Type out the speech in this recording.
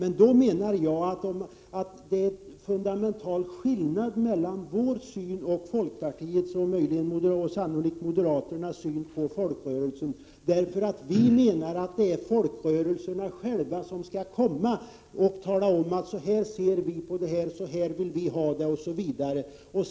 Jag menar att det är en fundamental skillnad mellan å ena sidan vår och å andra sidan folkpartiets och sannolikt moderaternas syn på folkrörelser. Vi menar att det är folkrörelserna själva som skall komma och tala om: Så ser vi på detta, så här vill vi ha det, osv.